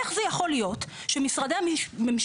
איך זה יכול להיות שמשרדי הממשלה